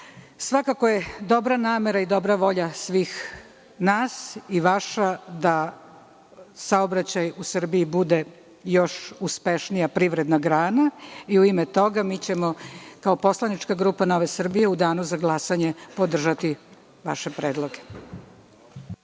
Svakako je dobra namera i dobra volja svih nas i vaša da saobraćaj u Srbiji bude još uspešnija privredna grana i u ime toga mi ćemo kao poslanička grupa Nove Srbije u danu za glasanje podržati vaše predloge.